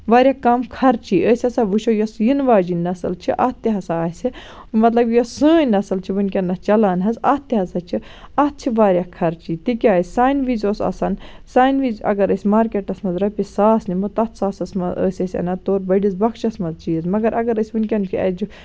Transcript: واریاہ کَم خرچہٕ ٲسۍ ہسا وُچھو یۄس یِنہٕ واجیٚنۍ نَسل چھِ اَتھ تہِ ہسا آسہِ مطلب یۄس سٲنۍ نسل چھِ ؤنکیٚنَس چلان حظ اَتھ تہِ ہسا چھِ اَتھ چھِ واریاہ خرچہِ تِکیٛاز سانہِ وِزِ اوس آسان سانہِ وِزِ اَگر أسۍ مارکیٹَس منٛز رۄپیَس ساس نِمو تَتھ ساسَس منٛز ٲسۍ أسۍ اَنان تورٕ بٔڈِس بۅکھچَس منٛز چیٖز مَگر اَگر أسۍ ؤنکیٚن کہِ ایجوٗ